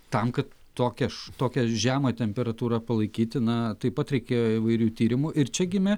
tam kad tokiaš tokią žemą temperatūrą palaikyti na taip pat reikėjo įvairių tyrimų ir čia gimė